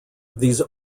these